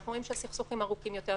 אנחנו רואים שהסכסוכים ארוכים יותר,